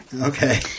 Okay